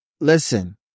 Listen